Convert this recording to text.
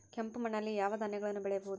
ಕೆಂಪು ಮಣ್ಣಲ್ಲಿ ಯಾವ ಧಾನ್ಯಗಳನ್ನು ಬೆಳೆಯಬಹುದು?